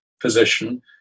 position